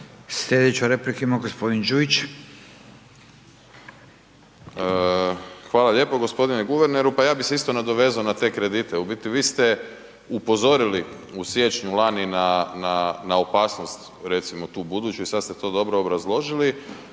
Sljedeću repliku ima gospodin Đujić. **Đujić, Saša (SDP)** Hvala lijepo, gospodine guverneru. Pa ja bi se isto nadovezao na te kredite, u biti vi ste upozorili u siječnju lani na opasnost, recimo tu buduću i sad ste to dobro obrazložili,